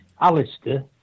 Alistair